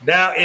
Now